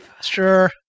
Sure